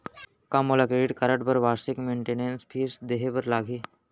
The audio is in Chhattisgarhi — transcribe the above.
का मोला क्रेडिट कारड बर वार्षिक मेंटेनेंस फीस देहे बर लागही?